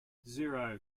zero